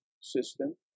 system